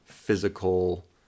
physical